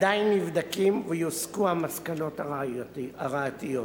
עדיין נבדקים, ויוסקו המסקנות הראויות.